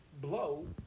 blow